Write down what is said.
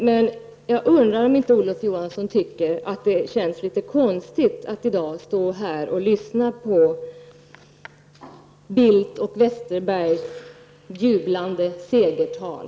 Men jag undrar om inte Olof Johansson tycker att det känns litet konstigt att stå här i dag och lyssna på Carl Bildt och Bengt Westerberg och deras jublande segertal.